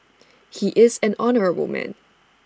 he is an honourable man